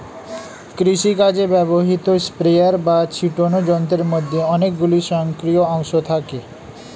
কৃষিকাজে ব্যবহৃত স্প্রেয়ার বা ছিটোনো যন্ত্রের মধ্যে অনেকগুলি স্বয়ংক্রিয় অংশ থাকে